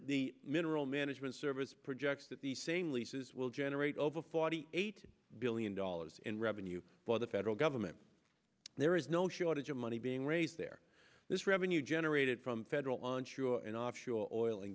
the mineral management service projects that the same leases will generate over forty eight billion dollars in and you know the federal government there is no shortage of money being raised there this revenue generated from federal ensure and offshore oil and